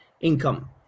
income